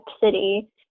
city